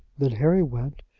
then harry went,